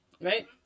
right